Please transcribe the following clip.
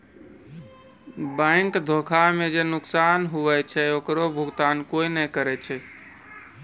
bank धोखा मे जे नुकसान हुवै छै ओकरो भुकतान कोय नै करै छै